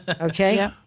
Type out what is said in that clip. Okay